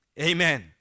Amen